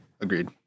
Agreed